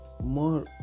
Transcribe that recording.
more